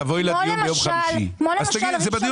תבואי לדיון ביום חמישי ותגידי את זה שם.